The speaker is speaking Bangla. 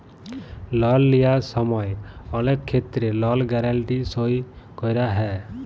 লল লিয়ার সময় অলেক ক্ষেত্রে লল গ্যারাল্টি সই ক্যরা হ্যয়